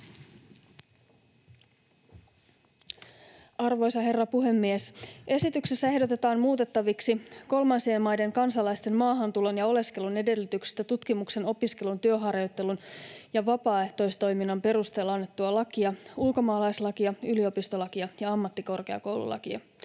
Arvoisa herra puhemies! Esityksessä ehdotetaan muutettaviksi kolmansien maiden kansalaisten maahantulon ja oleskelun edellytyksistä tutkimuksen, opiskelun, työharjoittelun ja vapaaehtoistoiminnan perusteella annettua lakia, ulkomaalaislakia, yliopistolakia ja ammattikorkeakoululakia.